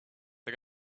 the